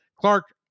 Clark